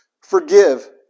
Forgive